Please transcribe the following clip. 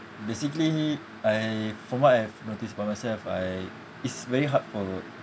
basically I from what I have noticed by myself I it's very hard for